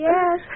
Yes